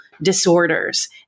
disorders